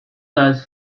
does